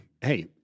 hey